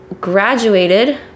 graduated